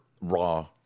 raw